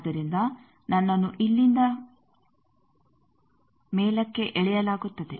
ಆದ್ದರಿಂದ ನನ್ನನ್ನು ಇಲ್ಲಿಂದ ಮೇಲಕ್ಕೆ ಎಳೆಯಲಾಗುತ್ತದೆ